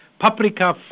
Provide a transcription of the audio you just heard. Paprika